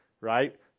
right